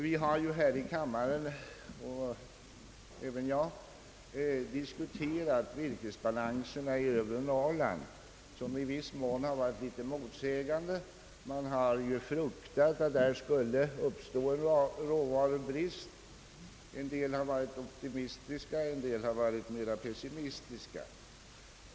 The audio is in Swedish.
Vi har ju i kammaren diskuterat virkesbalanser i övre Norrland, vilka i viss mån varit något motsägande. Man har fruktat rätt stor råvarubrist. Somliga har varit optimistiska, andra mera pessimistiska.